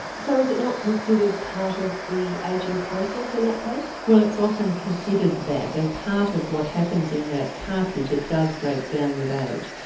so is it not considered part of the ageing process in that case? well it's often considered that and part of what happens in that cartilage it does break down with age.